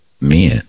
men